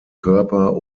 körper